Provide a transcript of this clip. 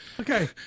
Okay